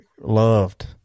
loved